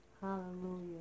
Hallelujah